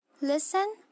Listen